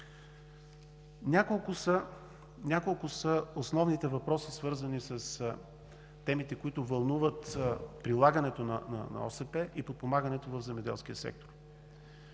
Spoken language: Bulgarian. Няколко са основните въпроси, свързани с темите, които вълнуват прилагането на ОСП и подпомагането в земеделския сектор.